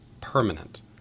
permanent